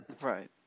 Right